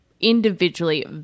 individually